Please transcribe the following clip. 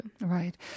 right